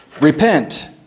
Repent